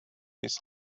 his